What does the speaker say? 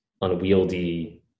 unwieldy